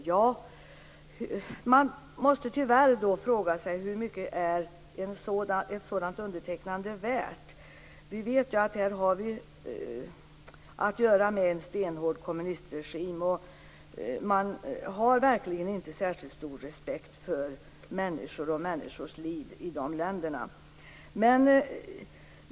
Då måste man tyvärr fråga sig hur mycket ett sådant undertecknande är värt. Vi vet ju att vi här har att göra med en stenhård kommunistregim, och man har verkligen inte särskilt stor respekt för människor och människors liv i dessa länder.